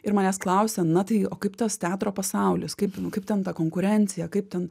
ir manęs klausia na tai o kaip tas teatro pasaulis kaip kaip ten ta konkurencija kaip ten